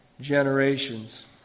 generations